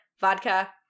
vodka